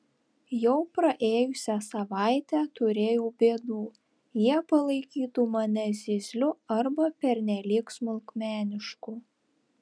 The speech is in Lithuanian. jau praėjusią savaitę turėjau bėdų jie palaikytų mane zyzliu arba pernelyg smulkmenišku